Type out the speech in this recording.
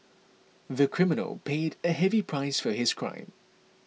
the criminal paid a heavy price for his crime